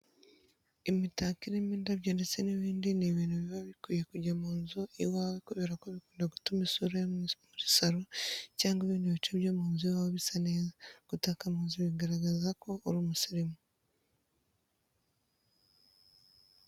Imitako irimo indabyo ndetse n'ibindi ni ibintu biba bikwiye kujya mu nzu iwawe kubera ko bikunda gutuma isura yo muri saro cyangwa ibindi bice byo mu nzu iwawe bisa neza. Gutaka mu nzu bigaragaraza ko uri umusirimu.